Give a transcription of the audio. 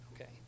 Okay